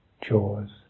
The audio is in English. chores